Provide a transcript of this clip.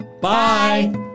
Bye